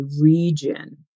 region